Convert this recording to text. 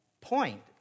point